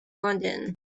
london